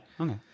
okay